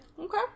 Okay